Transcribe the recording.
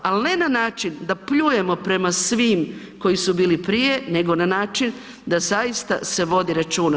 Ali ne na način da pljujemo prema svim koji su bili prije nego na način da zaista se vodi računa.